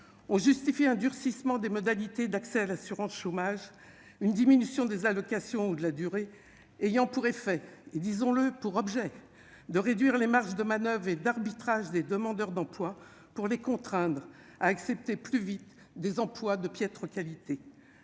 oh justifier un durcissement des modalités d'accès à l'assurance chômage, une diminution des allocations ou de la durée ayant pour effet et disons-le pour objet de réduire les marges de manoeuvre et d'arbitrage des demandeurs d'emploi pour les contraindre à accepter plus vite des employes de piètre qualité.